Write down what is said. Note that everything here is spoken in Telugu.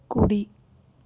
కుడి